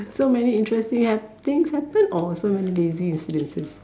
so many interesting hap~ things happen or so many lazy incidences